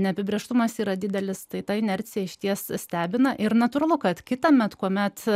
neapibrėžtumas yra didelis tai ta inercija išties stebina ir natūralu kad kitąmet kuomet